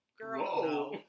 girl